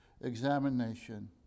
examination